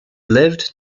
lived